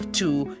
two